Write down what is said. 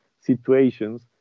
situations